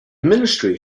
ministry